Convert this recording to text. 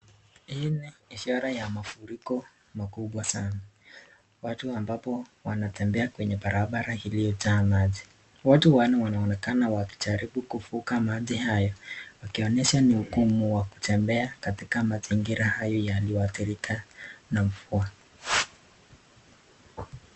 Hii ni ishara ya mafuriko makubwa sana watu ambapo wanatembea kwenye barabara hili hujaa maji. Watu wanne wanaonekana wakijaribu kuvuka maji haya akionyesha ni ugumu wa kutembea katika mazingira hayo yaliyoadhirika na mvua.